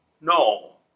no